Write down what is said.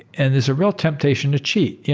and it's real temptation to cheat. yeah